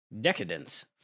decadence